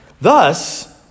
Thus